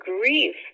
grief